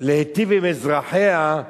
להיטיב עם אזרחיה,